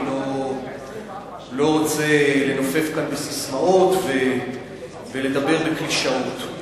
אני לא רוצה לנופף כאן בססמאות ולדבר בקלישאות.